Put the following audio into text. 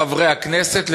חברי הכנסת,